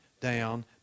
down